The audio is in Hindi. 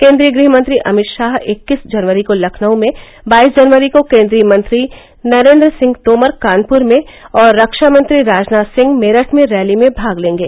केन्द्रीय गृहमंत्री अमित शाह इक्कीस जनवरी को लखनऊ में बाईस जनवरी को केन्द्रीय मंत्री नरेन्द्र सिंह तोमर कानपुर में और रक्षा मंत्री राजनाथ सिंह मेरठ में रैली में भाग लेंगे